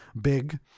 Big